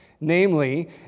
namely